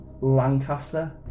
Lancaster